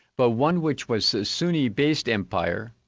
but one which was a sunni-based empire,